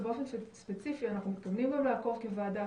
ובאופן ספציפי אנחנו מתכוונים לעקוב כוועדה